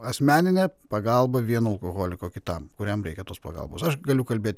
asmeninę pagalbą vieno alkoholiko kitam kuriam reikia tos pagalbos aš galiu kalbėt